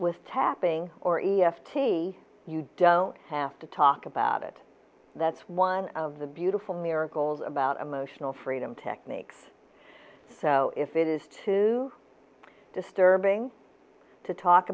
tapping or e f t you don't have to talk about it that's one of the beautiful miracles about emotional freedom techniques so if it is too disturbing to talk